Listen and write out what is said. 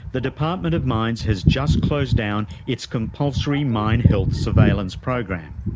the department of mines has just closed down its compulsory mine health surveillance program.